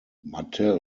mattel